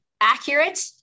accurate